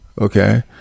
okay